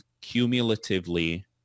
cumulatively